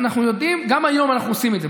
גם היום אנחנו עושים את זה.